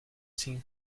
seem